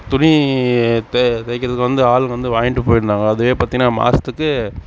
துணி தெ தைக்கிறதுக்கு வந்து ஆளுங்க வந்து வாய்ன்ட்டு போயிருந்தாங்க அதே பார்த்தீங்கன்னா மாசத்துக்கு